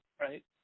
Right